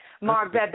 Mark